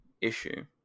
issue